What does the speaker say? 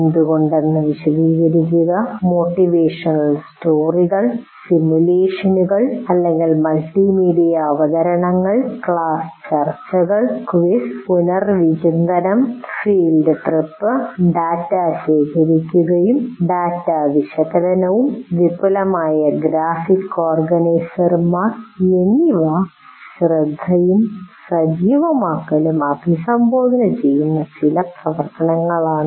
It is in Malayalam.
എന്തുകൊണ്ടെന്ന് വിശദീകരിക്കുക മോട്ടിവേഷണൽ സ്റ്റോറികൾ സിമുലേഷനുകൾ മൾട്ടിമീഡിയ അവതരണങ്ങൾ ക്ലാസ് ചർച്ചകൾ ക്വിസ് പുനർവിചിന്തനം ഫീൽഡ് ട്രിപ്പ് ഡാറ്റ ശേഖരിക്കുകയും ഡാറ്റവിശകലനവും വിപുലമായ ഗ്രാഫിക് ഓർഗനൈസർമാർ എന്നിവ ശ്രദ്ധയും സജീവമാക്കലും അഭിസംബോധന ചെയ്യുന്ന ചില പ്രവർത്തനങ്ങളാണ്